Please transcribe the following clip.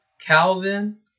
Calvin